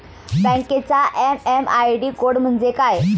बँकेचा MM ID code म्हणजे काय?